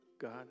God